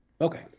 Okay